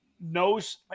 knows